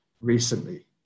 recently